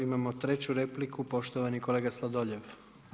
Imamo 3.-ću repliku, poštovani kolega Sladoljev.